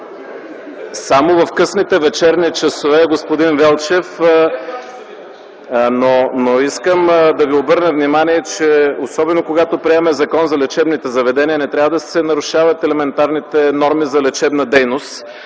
Само в късните вечерни часове, господин Велчев, но искам да Ви обърна внимание, че особено когато приемаме Закон за лечебните заведения, не трябва да се нарушават елементарните норми за лечебна дейност